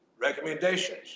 recommendations